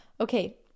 Okay